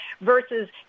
versus